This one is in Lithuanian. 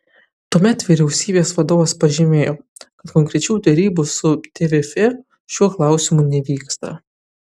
tuomet vyriausybės vadovas pažymėjo kad konkrečių derybų su tvf šiuo klausimu nevyksta